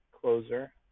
closer